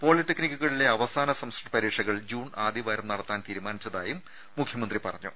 പോളിടെക്നിക്കുകളിലെ അവസാന സെമസ്റ്റർ പരീക്ഷകൾ ജൂൺ ആദ്യവാരം നടത്താനും തീരുമാനിച്ചതായി മുഖ്യമന്ത്രി പറഞ്ഞു